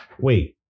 Wait